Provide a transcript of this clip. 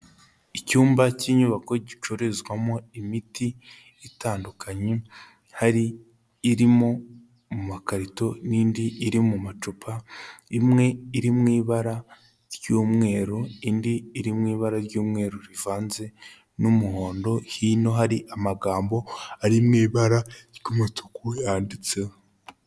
Icyumba cy'inyubako gicururizwamo imiti itandukanye, hari irimo mu makarito n'indi iri mu macupa, imwe iri mu ibara ry'umweru, indi iri mu ibara ry'umweru rivanze n'umuhondo, hino hari amagambo ari mu ibara ry'umutuku yanditseho.